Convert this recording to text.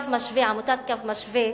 עמותת "קו משווה",